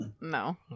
No